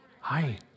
Hi